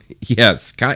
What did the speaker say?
Yes